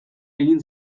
egin